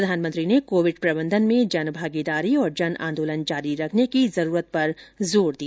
प्रधानमंत्री ने कोविड प्रबंधन में जन भागीदारी और जन आंदोलन जारी रखने की जरूरत पर जोर दिया